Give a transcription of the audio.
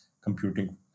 computing